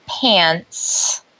pants